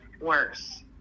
worse